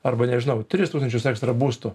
arba nežinau tris tūkstančius ekstra būstų